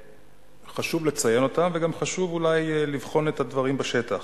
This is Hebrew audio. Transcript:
שחשוב לציין אותם וגם חשוב אולי לבחון את הדברים בשטח.